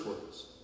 words